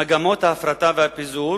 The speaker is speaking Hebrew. מגמות ההפרטה והפיזור,